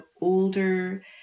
older